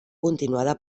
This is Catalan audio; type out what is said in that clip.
continuada